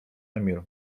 emil